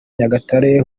nyagatare